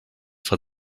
for